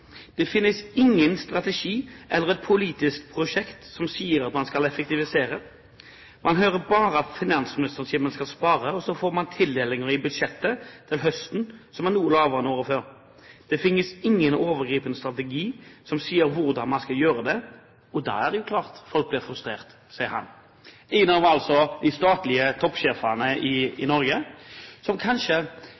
sier at man skal effektivisere. Man hører bare at finansministeren sier at man skal spare, og så får man tildelinger i budsjettet til høsten som er noe lavere enn året før. Det finnes ingen ovengripende strategi som sier hvordan man skal gjøre det, og da er det jo klart at folk blir frustrert.» Det sier en av de statlige toppsjefene i